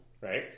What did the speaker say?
Right